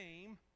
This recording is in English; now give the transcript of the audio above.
name